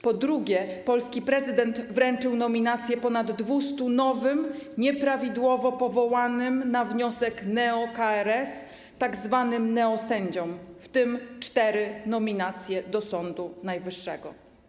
Po drugie, polski prezydent wręczył nominacje ponad 200 nowym, nieprawidłowo powołanym na wniosek neo-KRS tzw. neosędziom, w tym cztery nominacje do Sądu Najwyższego.